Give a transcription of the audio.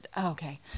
Okay